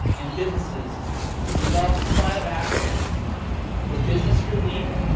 and businesses to develop a plan of action for business relief,